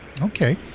Okay